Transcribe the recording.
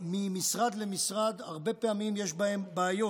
במעבר ממשרד למשרד, הרבה פעמים יש בהן בעיות.